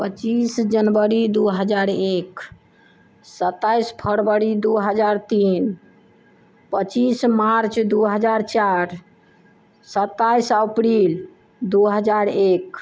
पचीस जनबरी दू हजार एक सताइस फरबरी दू हजार तीन पचीस मार्च दू हजार चारि सताइस अप्रिल दू हजार एक